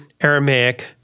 Aramaic